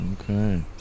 Okay